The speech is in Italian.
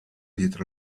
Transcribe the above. dietro